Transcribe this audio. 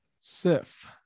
Sif